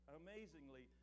amazingly